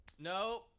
No